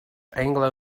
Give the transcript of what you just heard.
anglo